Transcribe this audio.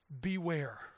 beware